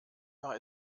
war